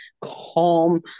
calm